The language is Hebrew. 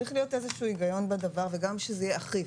צריך להיות איזשהו היגיון בדבר וגם שזה יהיה אכיף.